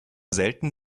selten